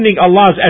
Allah's